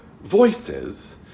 voices